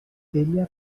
ella